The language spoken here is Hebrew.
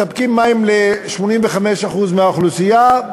מספקים מים ל-85% מהאוכלוסייה,